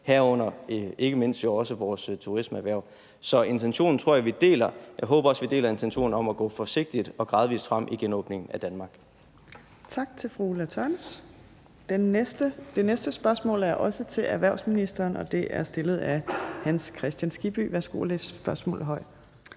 herunder jo ikke mindst også vores turismeerhverv. Så intentionen tror jeg vi deler. Jeg håber også, vi deler intentionen om at gå forsigtigt og gradvis frem i genåbningen af Danmark. Kl. 15:43 Fjerde næstformand (Trine Torp): Tak til fru Ulla Tørnæs. Det næste spørgsmål er også til erhvervsministeren, og det er stillet af Hans Kristian Skibby. Kl. 15:43 Spm. nr.